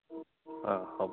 অঁ হ'ব